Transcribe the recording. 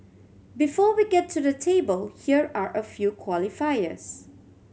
before we get to the table here are a few qualifiers